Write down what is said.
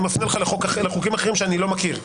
אני מפנה לחוקים אחרים שאני לא מכיר.